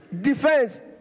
defense